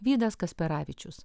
vydas kasperavičius